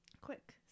Quick